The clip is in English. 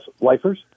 lifers